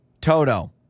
Toto